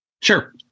Sure